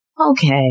okay